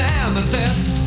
amethyst